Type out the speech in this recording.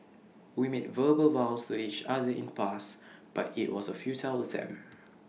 we made verbal vows to each other in the past but IT was A futile attempt